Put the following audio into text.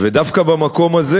דווקא במקום הזה